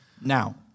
Now